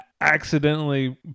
accidentally